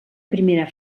primera